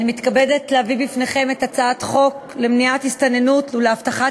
אני מתכבדת להביא בפניכם את הצעת חוק למניעת הסתננות ולהבטחת